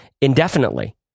indefinitely